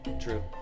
True